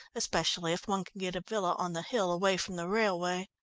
especially if one can get a villa on the hill away from the railway.